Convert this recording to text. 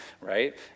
Right